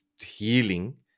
healing